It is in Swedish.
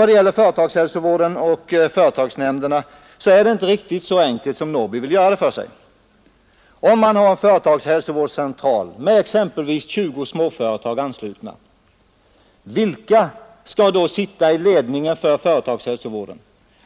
Vad gäller företagshälsovården och företagsnämnderna så är det inte riktigt så enkelt som herr Norrby vill göra det för sig. Om man har en företagshälsovårdscentral med exempelvis 20 småföretag anslutna, vilka skall då sitta i ledningen för företagshälsovården?